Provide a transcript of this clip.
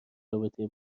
رابطه